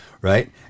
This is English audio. Right